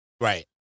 Right